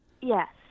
Yes